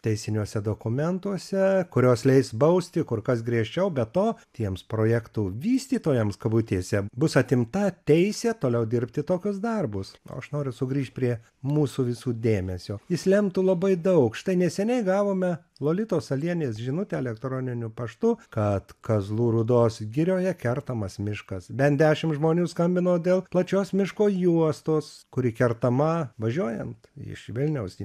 teisiniuose dokumentuose kurios leis bausti kur kas griežčiau be to tiems projektų vystytojams kabutėse bus atimta teisė toliau dirbti tokius darbus aš noriu sugrįžt prie mūsų visų dėmesio jis lemtų labai daug štai neseniai gavome lolitos salienės žinutę elektroniniu paštu kad kazlų rūdos girioje kertamas miškas bent dešimt žmonių skambino dėl plačios miško juostos kuri kertama važiuojant iš vilniaus į